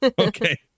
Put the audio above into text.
Okay